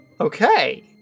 Okay